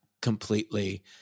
completely